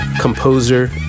composer